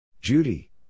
Judy